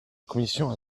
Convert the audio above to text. commission